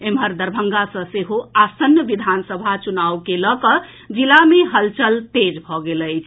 एम्हर दरभंगा मे सेहो आसन्न विधानसभा चुनाव के लऽ कऽ जिला मे हलचल तेज भऽ गेल अछि